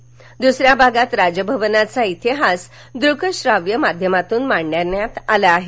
तर दुसऱ्या भागात राजभवनाचा इतिहास दृक श्राव्य माध्यमातून मांडण्यात आला आहे